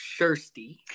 Shirsty